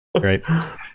Right